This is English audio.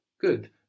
Good